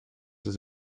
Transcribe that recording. ist